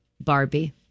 Barbie